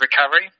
recovery